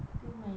maybe